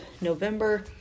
November